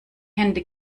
hände